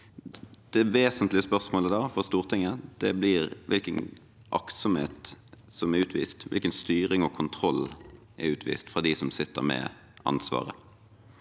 Det vesentlige spørsmålet for Stortinget blir da hvilken aktsomhet som er utvist, hvilken styring og kontroll som er utvist fra dem som sitter med ansvaret.